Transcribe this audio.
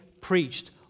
preached